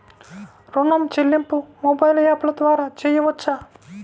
ఋణం చెల్లింపు మొబైల్ యాప్ల ద్వార చేయవచ్చా?